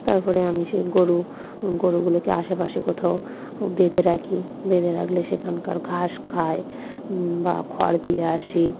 তার পরে আমি সেই গরু গরুগুলোকে আশেপাশে কোথাও ও বেঁধে রাখি বেঁধে রাখলে সেখানকার ঘাস খায় বা খড় দিয়ে আসি